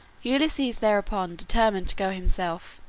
ulysses thereupon determined to go himself,